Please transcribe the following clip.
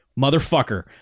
motherfucker